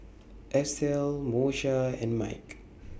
Estell Moesha and Mike